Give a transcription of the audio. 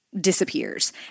disappears